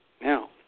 Now